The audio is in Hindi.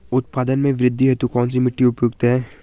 उत्पादन में वृद्धि हेतु कौन सी मिट्टी उपयुक्त है?